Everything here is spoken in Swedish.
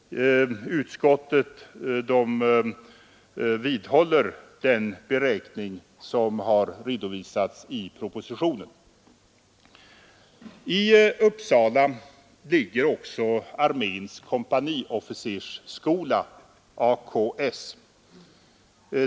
Utskottet vidhåller den beräkning som har redovisats i propositionen. I Uppsala ligger också arméns kom paniofficersskola, AKS.